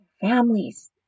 Families